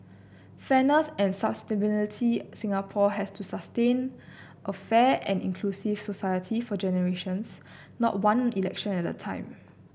fairness and sustainability Singapore has to sustain a fair and inclusive society for generations not one election at a time